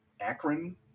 Akron